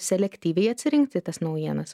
selektyviai atsirinkti tas naujienas